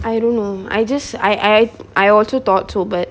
I don't know I just I I also thought so but